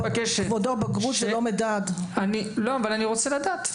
--- אבל אני רוצה לדעת.